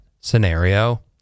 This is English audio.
scenario